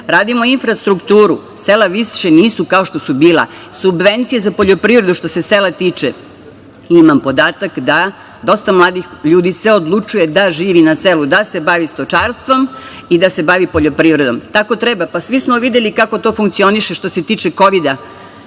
Radimo infrastrukturu, sela više nisu kao što su bila. Subvencije za poljoprivredu što se sela tiče imam podatak da dosta mladih ljudi se odlučuje da živi na selu, da se bavi stočarstvom i da se bavi poljoprivredom. Tako treba. Svi smo videli kako to funkcioniše što se tiče Kovida